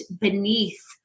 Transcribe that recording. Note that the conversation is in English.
beneath